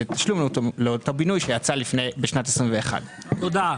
זה תשלום לאותו בינוי שיצא בשנת 21'. תודה.